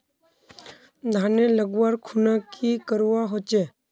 धानेर लगवार खुना की करवा होचे?